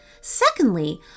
Secondly